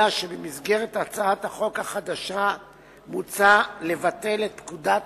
אלא שבמסגרת הצעת החוק החדשה מוצע לבטל את פקודת